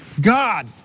God